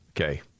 Okay